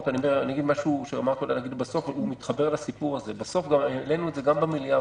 והעלינו את זה גם במליאה.